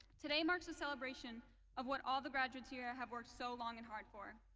today marks the celebration of what all the graduates here have worked so long and hard for.